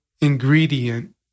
ingredient